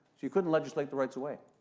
you couldn't legislate the rights away.